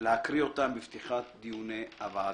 להקריא אותם בפתיחת הדיונים בוועדה.